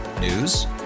News